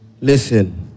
listen